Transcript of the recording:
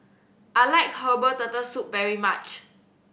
I like herbal Turtle Soup very much